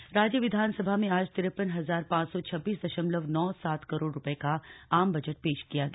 budget राज्य विधानसभा में आज तिरपन हजार पांच सौ छब्बीस दशमलव नौ सात करोड़ रुपए का आम बजट पेश किया गया